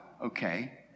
okay